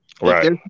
Right